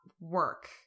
work